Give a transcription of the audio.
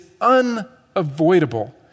unavoidable